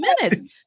minutes